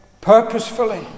purposefully